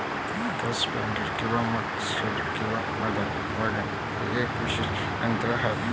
खत स्प्रेडर किंवा मक स्प्रेडर किंवा मध वॅगन हे एक कृषी यंत्र आहे